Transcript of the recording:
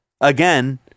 Again